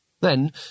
Then